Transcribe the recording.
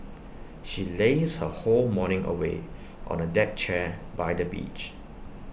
she lazed her whole morning away on A deck chair by the beach